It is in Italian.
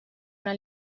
una